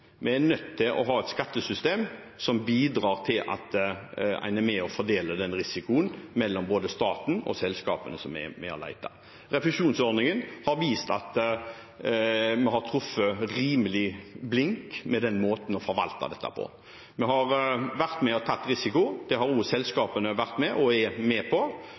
Vi er nødt til å ha et skattesystem som bidrar til at en fordeler risikoen mellom både staten og selskapene som er med og leter. Refusjonsordningen har vist at vi har truffet rimelig blink med måten å forvalte dette på. Vi har vært med og tatt risiko, det har også selskapene vært med på – og er med på.